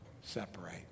separate